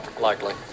Likely